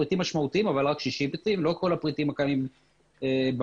פריטים משמעותיים אבל רק 60 ולא כל הפריטים הקיימים במשק.